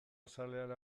azalean